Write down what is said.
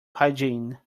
hygiene